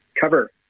cover